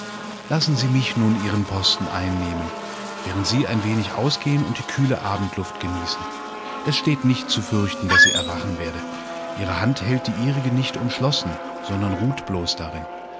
alssieihndurcheinkopfschüttelnantwortensah lassensie mich nun ihren posten einnehmen während sie ein wenig ausgehen und die kühle abendluftgenießen esstehtnichtzufürchten daßsieerwachenwerde ihrehandhält die ihrige nicht umschlossen sondern ruht bloß darin